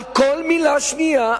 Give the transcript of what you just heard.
על כל מלה שנייה.